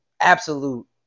absolute